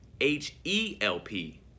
H-E-L-P